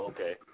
Okay